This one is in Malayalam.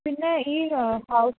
പിന്നെ ഈ ഹൌസ്